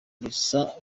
gusa